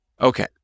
Okay